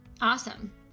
Awesome